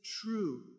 true